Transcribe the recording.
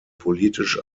politisch